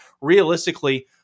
realistically